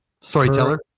Storyteller